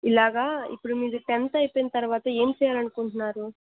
ఇలాగా ఇప్పుడు మీది టెన్త్ అయిపోయిన తర్వాత ఏం చేయాలి అనునుకుంటున్నారు